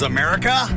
America